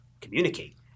communicate